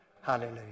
Hallelujah